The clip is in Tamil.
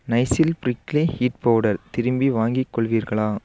நைசில் பிரிக்ளி ஹீட் பவுடர் திருப்பி வாங்கிக் கொள்வீர்களா